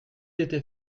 était